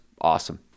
awesome